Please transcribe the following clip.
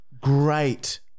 great